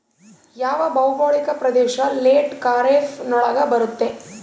ಯಾವ ಭೌಗೋಳಿಕ ಪ್ರದೇಶ ಲೇಟ್ ಖಾರೇಫ್ ನೊಳಗ ಬರುತ್ತೆ?